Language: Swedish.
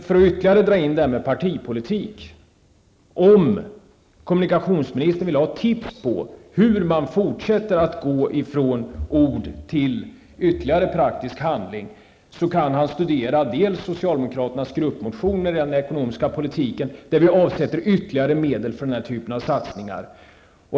För att än en gång dra in partipolitik: Om kommunikationsministern vill ha tips på hur man fortsätter att gå från ord till ytterligare praktisk handling, kan han studera socialdemokraternas gruppmotion om den ekonomiska politiken, där vi räknar med mera pengar för sådana här satsningar.